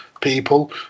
people